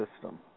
system